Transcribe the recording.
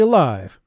Alive